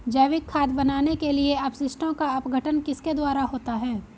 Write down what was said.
जैविक खाद बनाने के लिए अपशिष्टों का अपघटन किसके द्वारा होता है?